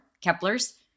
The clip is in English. Kepler's